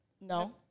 No